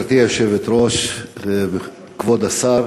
גברתי היושבת-ראש, כבוד השר,